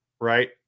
right